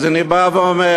אז אני בא ואומר,